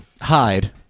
hide